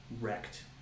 wrecked